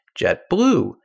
JetBlue